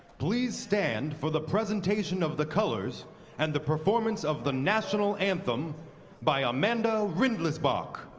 please stand for the presentation of the colors and the performance of the national anthem by amanda rindlisbach